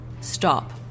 Stop